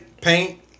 paint